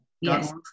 Yes